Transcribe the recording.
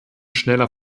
schneller